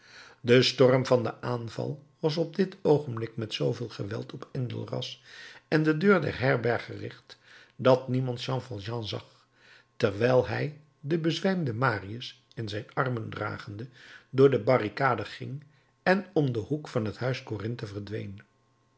de storm van den aanval was op dit oogenblik met zooveel geweld op enjolras en de deur der herberg gericht dat niemand jean valjean zag terwijl hij den bezwijmden marius in zijn armen dragende door de barricade ging en om den hoek van het huis corinthe verdween